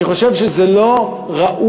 אני חושב שזה לא ראוי,